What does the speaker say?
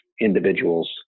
individuals